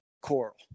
coral